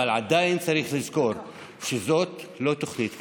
אבל עדיין צריך לזכור שזאת לא תוכנית כלכלית,